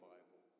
Bible